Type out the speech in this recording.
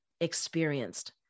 experienced